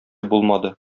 булмады